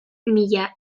mila